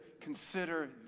consider